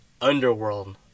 underworld